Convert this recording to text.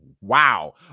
Wow